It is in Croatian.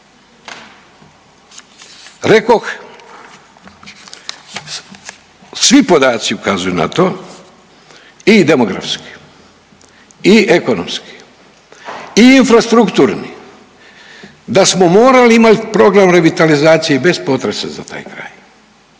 Rekoh svi podaci ukazuju na to i demografski i ekonomski i infrastrukturni da smo morali imati program revitalizacije i bez potresa za taj kraj.